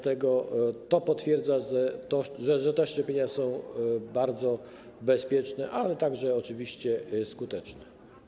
To potwierdza, że te szczepienia są bardzo bezpieczne, a także oczywiście skuteczne.